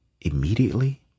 immediately